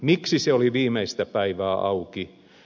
miksi se oli viimeistä päivää auki